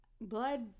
blood